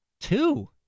Two